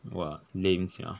!wah! lame sia